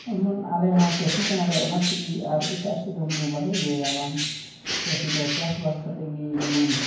ᱮᱢᱚᱱ ᱟᱞᱮ ᱦᱚᱸ ᱪᱟᱹᱥᱤ ᱠᱟᱱᱟᱞᱮ ᱚᱱᱟ ᱛᱮᱜᱮ ᱟᱨ ᱮᱴᱟᱜ ᱥᱮᱫ ᱫᱚ ᱢᱟᱱᱮ ᱵᱟᱞᱮ ᱤᱭᱟᱹᱭᱟ ᱵᱟᱝ ᱪᱟᱹᱥᱤ ᱫᱚ ᱪᱟᱥ ᱵᱟᱥ ᱠᱟᱛᱮᱫ ᱜᱮ ᱡᱮᱢᱚᱱ